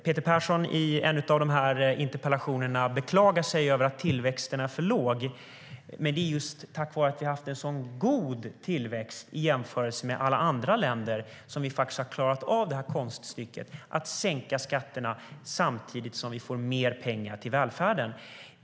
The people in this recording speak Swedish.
Peter Persson beklagar sig i en av interpellationerna över att tillväxten är för låg, men det är just tack vare att vi haft en så god tillväxt jämfört med alla andra länder som vi klarat av konststycket att sänka skatterna och samtidigt få in mer pengar till välfärden.